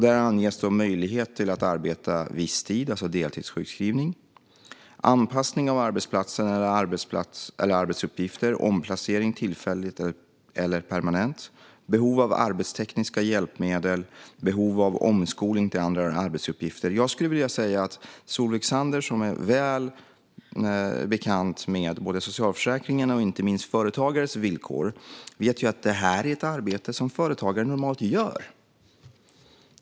Där anges möjlighet att arbeta visstid, alltså deltidssjukskrivning, anpassning av arbetsplatsen eller arbetsuppgifter, omplacering tillfälligt eller permanent, behov av arbetstekniska hjälpmedel och behov av omskolning till andra arbetsuppgifter. Solveig Zander som är väl bekant med både socialförsäkringarna och inte minst företagares villkor vet att det här är ett arbete som företagare normalt gör.